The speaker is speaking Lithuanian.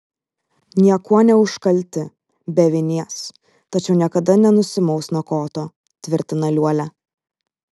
niekuo neužkalti be vinies tačiau niekada nenusimaus nuo koto tvirtina liuolia